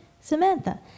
Samantha